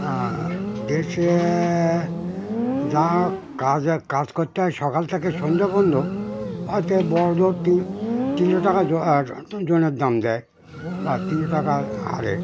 দেশে যা কাজে কাজ করতে হয় সকাল থেকে সন্ধে বন্ধ হয়তো বড়জোর তিন তিনশো টাকা জনের দাম দেয় বা তিনশো টাকা হারে